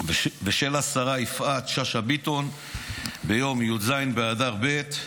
ושל השרה יפעת שאשא ביטון ביום י"ז באדר ב',